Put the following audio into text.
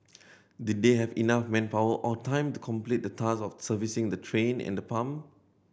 did they have enough manpower or time to complete the task of servicing the train and the pump